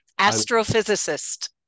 astrophysicist